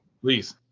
please